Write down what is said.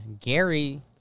Gary